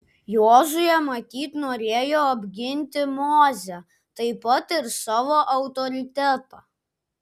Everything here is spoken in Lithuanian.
jozuė matyt norėjo apginti mozę taip pat ir savo autoritetą